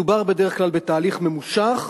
מדובר בדרך כלל בתהליך ממושך,